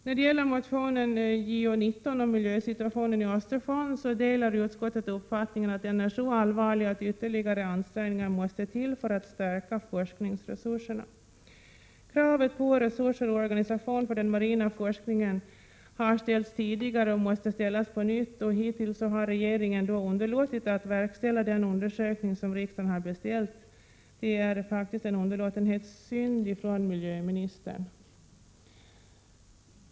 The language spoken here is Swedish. Så till motion Jo19 om miljösituationen i Östersjön. Utskottet delar uppfattningen att den är så allvarlig att ytterligare ansträngningar måste till för att stärka forskningsresurserna. Kravet på resurser och organisation för den marina forskningen har ställts tidigare och måste ställas på nytt. Hittills har regeringen underlåtit att verkställa den undersökning som riksdagen beställt. Detta är faktiskt en underlåtenhetssynd från miljöministern.